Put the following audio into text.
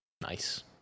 Nice